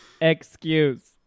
excuse